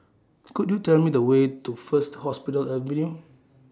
Could YOU Tell Me The Way to First Hospital Avenue